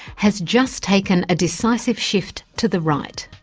has just taken a decisive shift to the right.